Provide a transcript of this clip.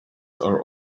are